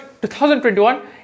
2021